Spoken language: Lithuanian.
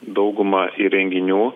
dauguma įrenginių